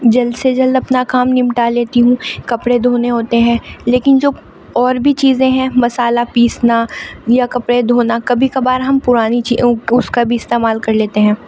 جلد سے جلد اپنا کام نمٹا لیتی ہوں کپڑے دھونے ہوتے ہیں لیکن جو اور بھی چیزیں ہیں مسالہ پیسنا یا کپڑے دھونا کبھی کبھار ہم پرانی چیزوں اس کا بھی استعمال کر لیتے ہیں